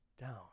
down